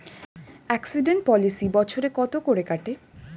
Accident policy বছরে কত করে কাটে?